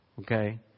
okay